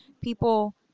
people